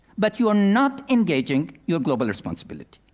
but you're not engaging your global responsibility.